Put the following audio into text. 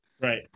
Right